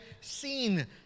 seen